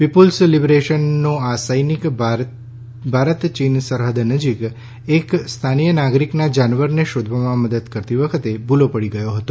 people's લિબરેશનનો આ સૈનિક ભારત ચીન સરહદ નજીક એક સ્થાનીય નાગરિકને તેના જાનવરની શોધવામાં મદદ કરતી વખતે ભૂલો પડી ગયો હતો